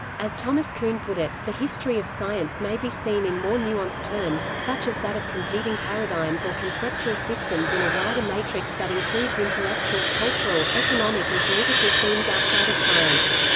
as thomas kuhn put it, the history of science may be seen in more nuanced terms, such as that of competing paradigms or conceptual systems in a wider matrix that includes intellectual, cultural, economic and political themes outside of science.